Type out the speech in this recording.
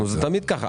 זה תמיד כך.